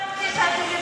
ממש לא.